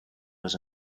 was